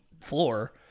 floor